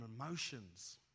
emotions